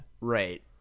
Right